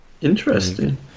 Interesting